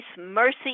mercy